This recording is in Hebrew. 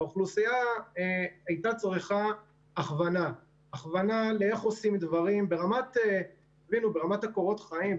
האוכלוסייה הייתה צריכה הכוונה איך עושים דברים אפילו ברמת הקורות חיים,